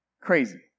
Crazy